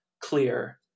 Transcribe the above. clear